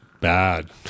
bad